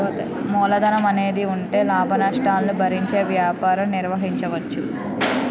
మూలధనం అనేది ఉంటే లాభనష్టాలను భరించే వ్యాపారం నిర్వహించవచ్చు